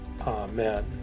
Amen